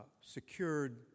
secured